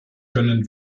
können